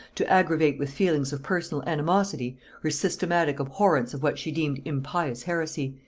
to aggravate with feelings of personal animosity her systematic abhorrence of what she deemed impious heresy,